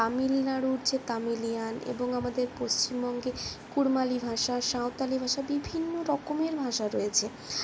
তামিলনাড়ুর যে তামিলিয়ান এবং আমাদের পশ্চিমবঙ্গের কুর্মালি ভাষা সাঁওতালি ভাষা বিভিন্ন রকমের ভাষা রয়েছে